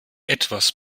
etwas